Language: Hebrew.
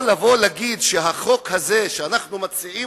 או לבוא ולהגיד שהחוק הזה שאנחנו מציעים,